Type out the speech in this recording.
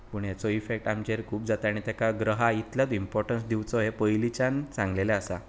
पूण हाचो इफेक्ट आमचेर खूब जाता आनी ताका ग्रहां इतलोच इंम्पोर्टेंट दिवचो अशें पयलीच्यान सांगिल्लें आसा